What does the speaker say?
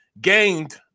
gained